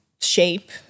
shape